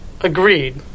Agreed